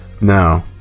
no